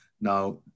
Now